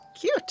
Cute